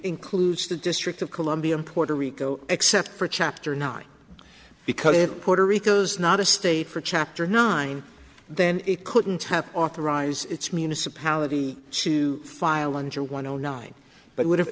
includes the district of columbia in puerto rico except for chapter nine because if puerto rico's not a state for chapter nine then it couldn't have authorized its municipality to file under one o nine but would have